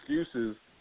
excuses